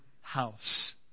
house